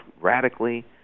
radically